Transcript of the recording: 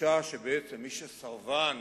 התחושה שבעצם מי שסרבן